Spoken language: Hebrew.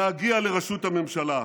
להגיע לראשות הממשלה.